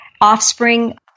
offspring